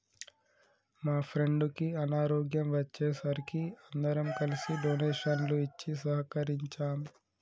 మా ఫ్రెండుకి అనారోగ్యం వచ్చే సరికి అందరం కలిసి డొనేషన్లు ఇచ్చి సహకరించాం